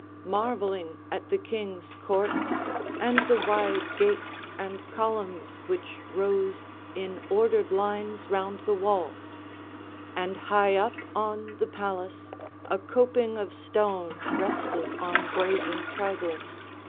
marvelling at the king's courts and the wide gates and columns which rose in ordered lines round the walls and high up on the palace a coping of stone rested on brazen triglyphs.